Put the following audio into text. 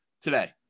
today